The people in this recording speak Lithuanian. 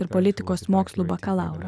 ir politikos mokslų bakalaurą